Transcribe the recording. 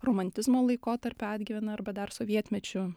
romantizmo laikotarpio atgyvena arba dar sovietmečiu